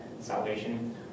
Salvation